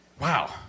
Wow